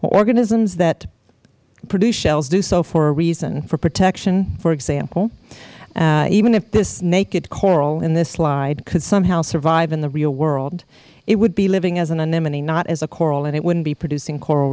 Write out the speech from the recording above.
organisms that produce shells do so for a reason for protection for example even if this naked coral in this slide could somehow survive in the real world it would be living as an anemone not as a coral and it wouldn't be producing coral